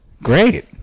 Great